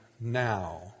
now